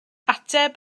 ateb